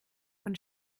von